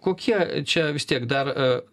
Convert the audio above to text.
kokie čia vis tiek dar